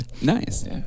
Nice